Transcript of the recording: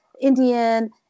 Indian